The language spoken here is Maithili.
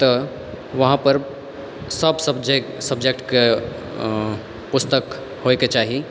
तऽ वहाँपर सब सबजेक्ट सबजेक्टके पुस्तक होइके चाही